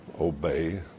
obey